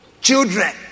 children